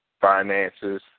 finances